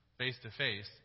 face-to-face